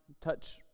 touch